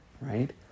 right